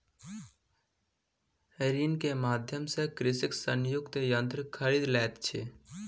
ऋण के माध्यम सॅ कृषक संयुक्तक यन्त्र खरीद लैत अछि